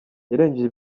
yarengeje